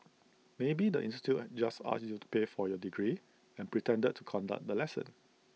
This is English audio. maybe the institute just asked you to pay for your degree and pretended to conduct the lesson